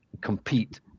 compete